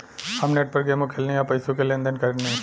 हम नेट पर गेमो खेलेनी आ पइसो के लेन देन करेनी